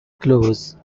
close